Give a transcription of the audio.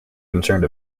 concerned